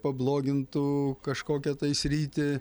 pablogintų kažkokią sritį